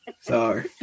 Sorry